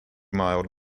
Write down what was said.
mild